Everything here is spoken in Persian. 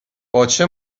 باچه